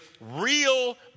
real